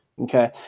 Okay